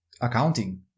accounting